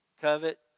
covet